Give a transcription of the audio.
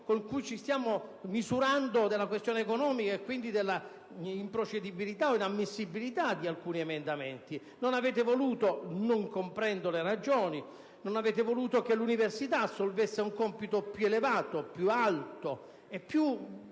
con il quale ci stiamo misurando della questione economica e quindi dell'improcedibilità o inammissibilità di alcuni emendamenti. Non avete voluto - non ne comprendo le ragioni - che l'università assolvesse a un compito più elevato e -